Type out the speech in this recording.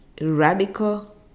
radical